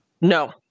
No